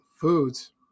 foods